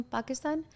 Pakistan